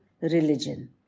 religion